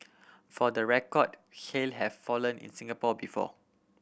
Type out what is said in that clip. for the record hail have fallen in Singapore before